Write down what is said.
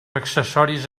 accessoris